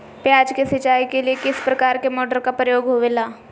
प्याज के सिंचाई के लिए किस प्रकार के मोटर का प्रयोग होवेला?